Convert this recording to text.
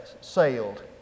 sailed